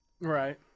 right